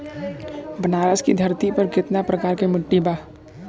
बनारस की धरती पर कितना प्रकार के मिट्टी बा?